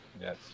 Yes